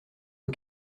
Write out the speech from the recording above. aux